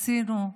עשינו,